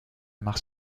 mars